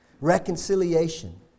Reconciliation